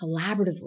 collaboratively